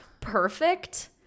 perfect